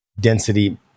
density